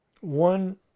One